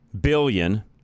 billion